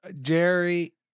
Jerry